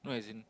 no as in